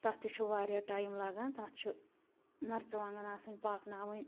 تَتھ تہِ چھُ واریاہ ٹایم لَگان تَتھ چھِ مَرژٕوانٛگَن آسان پاکناوٕنۍ